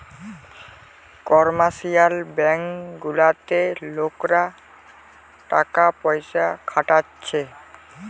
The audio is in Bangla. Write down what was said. কমার্শিয়াল ব্যাঙ্ক গুলাতে লোকরা টাকা পয়সা খাটাচ্ছে